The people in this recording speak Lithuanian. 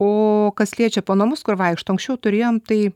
o kas liečia po namus kur vaikšto anksčiau turėjom tai